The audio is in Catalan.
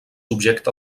objecte